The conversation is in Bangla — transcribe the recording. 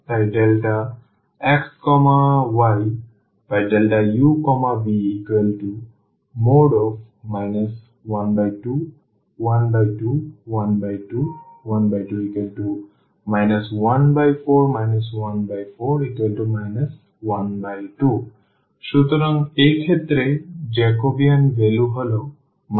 তাই xyuv 12 12 12 12 14 14 12 সুতরাং এক্ষেত্রে জ্যাকোবিয়ান ভ্যালু হল 12